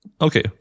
okay